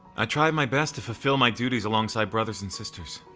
i tried my best to fulfill my duties alongside brothers and sisters.